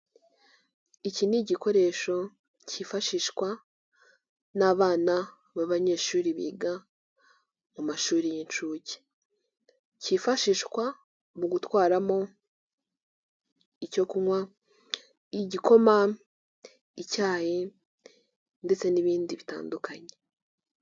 Iki ni igikoresho cyifashishwa n'abana b'abanyeshuri biga mu mashuri y'incuke kifashishwa mu gutwaramo icyo kunywa igikoma icyayi ndetse n'ibindi bitandukanye.